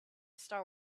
star